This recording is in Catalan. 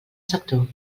sector